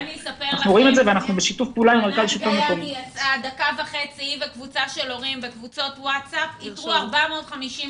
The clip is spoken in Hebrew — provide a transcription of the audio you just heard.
אני אספר לכם בדקה וחצי איתרו 450 גנים,